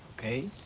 okay?